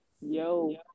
Yo